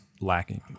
lacking